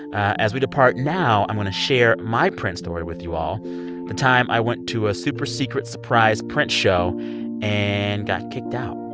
as we depart, now i want to share my prince story you all the time i went to a super secret surprise prince show and got kicked out.